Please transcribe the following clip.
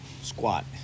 squat